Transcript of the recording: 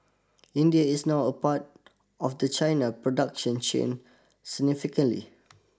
India is now a part of the China production chain significantly